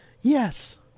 yes